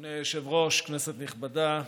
אדוני היושב-ראש, כנסת נכבדה,